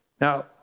Now